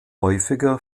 häufiger